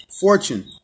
Fortune